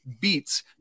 beats